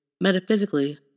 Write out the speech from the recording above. Metaphysically